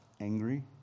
angry